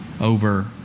over